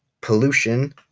pollution